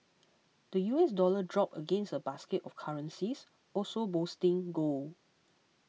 the U S dollar dropped against a basket of currencies also boosting gold